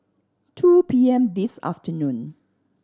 two P M this afternoon